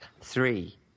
Three